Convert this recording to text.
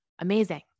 amazing